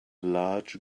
large